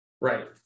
Right